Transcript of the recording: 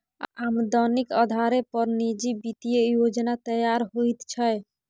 आमदनीक अधारे पर निजी वित्तीय योजना तैयार होइत छै